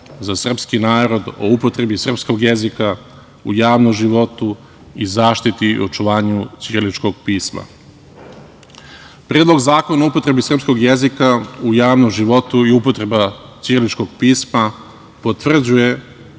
za srpski narod, o upotrebi srpskog jezika u javnom životu i zaštiti i očuvanju ćiriličkog pisma. Predlog zakona o upotrebi srpskog jezika u javnom životu i upotreba ćiriličkog pisma potvrđuje